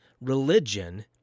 Religion